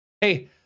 Hey